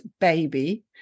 baby